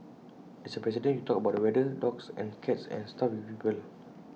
as A president you talk about the weather dogs and cats and stuff with people